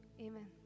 Amen